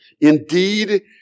Indeed